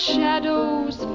shadows